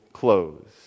clothes